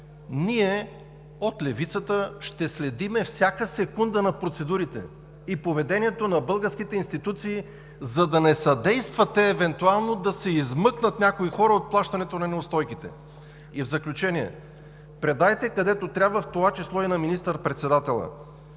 ние от левицата ще следим всяка секунда на процедурите и поведението на българските институции, за да не съдействат те, евентуално, да се измъкнат някои хора от плащането на неустойките. В заключение, предайте, където трябва, в това число и на министър-председателя: